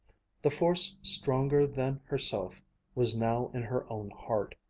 the force stronger than herself was now in her own heart.